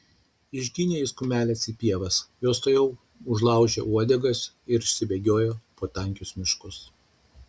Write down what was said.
išginė jis kumeles į pievas jos tuojau užlaužė uodegas ir išsibėgiojo po tankius miškus